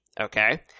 Okay